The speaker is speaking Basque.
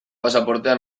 pasaportea